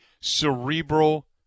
cerebral